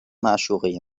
معشوقه